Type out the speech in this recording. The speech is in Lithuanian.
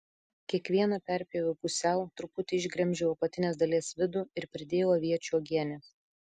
kiekvieną perpjoviau pusiau truputį išgremžiau apatinės dalies vidų ir pridėjau aviečių uogienės